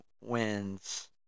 wins